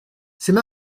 c’est